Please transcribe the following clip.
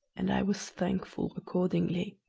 and i was thankful accordingly.